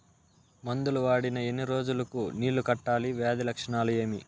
మందులు వాడిన ఎన్ని రోజులు కు నీళ్ళు కట్టాలి, వ్యాధి లక్షణాలు ఏమి?